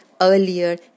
earlier